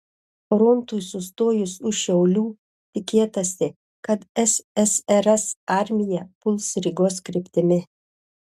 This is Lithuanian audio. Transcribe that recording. frontui sustojus už šiaulių tikėtasi kad ssrs armija puls rygos kryptimi